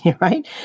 right